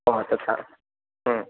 ओ तथा हूं